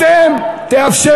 תוציא